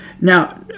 Now